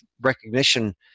recognition